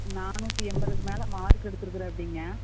நானூற்றி எண்பதுக்கு மேல மார்க் எடுத்துக்குறாப்டிங்க